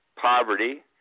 poverty